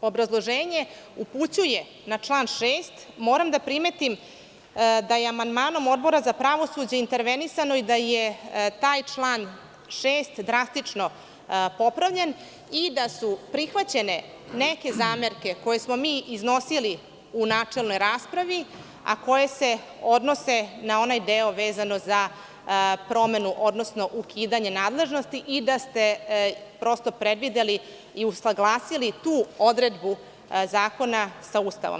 obrazloženje upućuje na član 6. moram da primetim da je amandmanom Odbora za pravosuđe intervenisano i da je taj član 6. drastično popravljen, i da su prihvaćene neke zamerke koje smo mi iznosili u načelnoj raspravi, a koje se odnose na onaj deo vezano za promenu, odnosno ukidanje nadležnosti i da ste prosto predvideli i usaglasili tu odredbu zakona sa Ustavom.